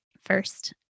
first